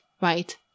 right